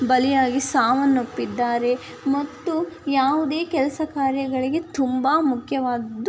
ಬಲಿಯಾಗಿ ಸಾವನ್ನಪ್ಪಿದ್ದಾರೆ ಮತ್ತು ಯಾವುದೇ ಕೆಲಸ ಕಾರ್ಯಗಳಿಗೆ ತುಂಬ ಮುಖ್ಯವಾದದ್ದು